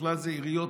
ובכלל זה עיריות,